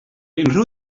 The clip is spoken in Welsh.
unrhyw